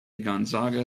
gonzaga